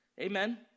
Amen